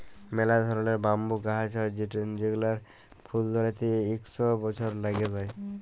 ম্যালা ধরলের ব্যাম্বু গাহাচ হ্যয় যেগলার ফুল ধ্যইরতে ইক শ বসর ল্যাইগে যায়